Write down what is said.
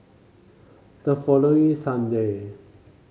the following Sunday